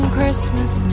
Christmas